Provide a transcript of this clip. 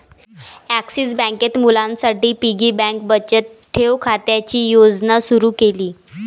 axis बँकेत मुलांसाठी piggy bank बचत ठेव खात्याची योजना सुरू केली